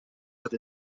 with